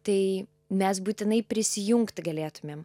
tai mes būtinai prisijungti galėtumėm